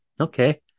Okay